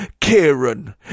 Kieran